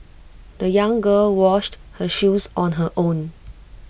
the young girl washed her shoes on her own